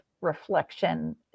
reflection